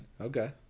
okay